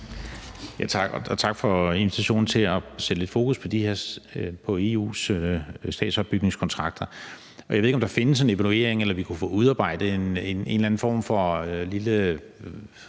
tak for invitationen til at sætte lidt fokus på EU's statsopbygningskontrakter. Og jeg ved ikke, om der findes en evaluering, eller vi kunne få udarbejdet en eller anden form for